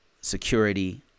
security